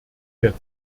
der